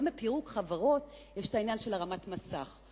גם בפירוק חברות יש העניין של הרמת מסך.